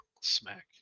smack